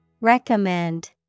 Recommend